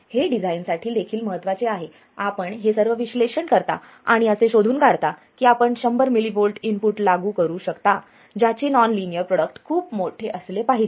हे डिझाइनसाठी देखील महत्वाचे आहे आपण हे सर्व विश्लेषण करता आणि असे शोधून काढता की आपण 100 मिलिव्होल्ट इनपुट लागू करू शकता ज्याचे नॉन लिनियर प्रोडक्ट खूप मोठे असले पाहिजे